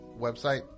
website